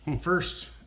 First